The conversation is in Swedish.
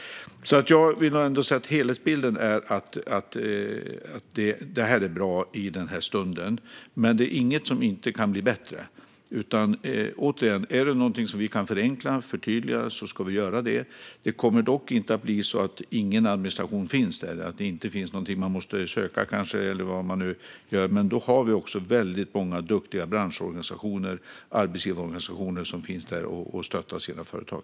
Jag vill alltså säga att helhetsbilden är att det här är bra i den här stunden, men det finns inget som inte kan bli bättre. Är det något vi kan förenkla och förtydliga ska vi göra det. Det kommer dock inte att bli så att det inte finns någon administration eller att det inte finns något man måste söka eller vad man nu gör. Men då har vi många duktiga branschorganisationer och arbetsgivarorganisationer som finns där och stöttar sina företag.